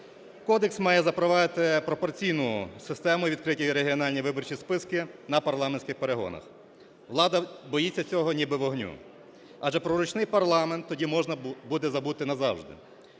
Кодекс має запровадити пропорційну систему, відкриті регіональні виборчі списки на парламентських перегонах. Влада боїться цього, ніби вогню, адже про ручний парламент тоді можна буде забути назавжди,